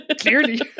clearly